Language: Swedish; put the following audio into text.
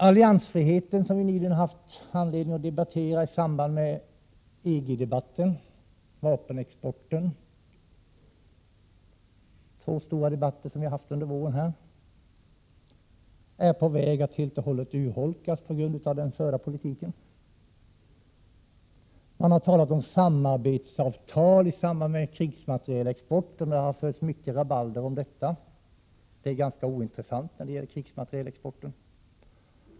Alliansfriheten, som har tagits upp i samband med två stora debatter i riksdagen under våren, om EG och om vapenexporten, är på väg att urholkas Prot. 1987/88:131 helt och hållet på grund av den förda politiken. Det har talats om samarbetsavtal i samband med krigsmaterielexport och varit stort rabalder, men det är ganska ointressant.